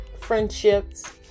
friendships